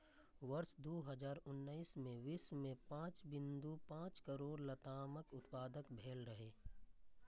वर्ष दू हजार उन्नैस मे विश्व मे पांच बिंदु पांच करोड़ लतामक उत्पादन भेल रहै